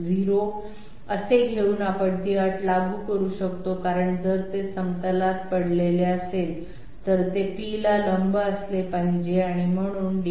p0 असे घेऊन आपण ती अट लागू करू शकतो कारण जर ते समतलात पडलेले असेल तर ते p ला लंब असले पाहिजे आणि म्हणून dR